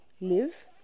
live